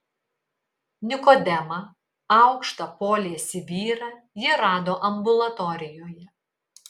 nikodemą aukštą poliesį vyrą ji rado ambulatorijoje